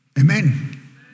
Amen